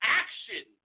action